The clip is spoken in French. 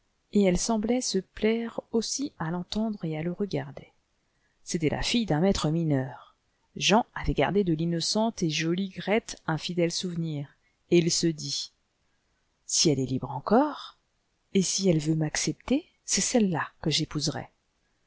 et elle semblait se plaire aussi à l'entendre et à le regarder c'était la fille d'un maître mineur jean avait gardé de l'innocente et jolie grethe un fidèle souvenir et il se dit si elle est libre encore et si elle veut m'acceptcr c'est celle-là que j'épouserai